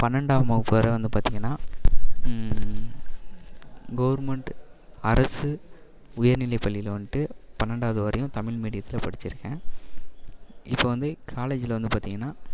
பன்னெண்டாம் வகுப்பு வரை பார்த்தீங்கன்னா கவெர்மென்ட் அரசு உயர்நிலை பள்ளியில் வந்துட்டு பன்னெண்டாவது வரையும் தமிழ் மீடியத்தில் படிச்சுருக்கேன் இப்போ வந்து காலேஜ்ஜில் வந்து பார்த்தீங்கன்னா